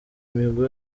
mihigo